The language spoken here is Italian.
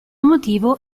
motivo